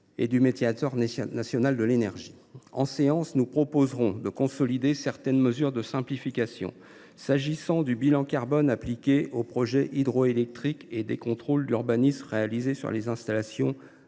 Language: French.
et du médiateur national de l’énergie. En séance, nous proposerons de consolider certaines mesures de simplification, s’agissant du bilan carbone appliqué aux projets hydroélectriques et des contrôles d’urbanisme réalisés sur les installations